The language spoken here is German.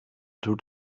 tut